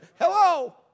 Hello